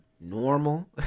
normal